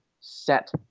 set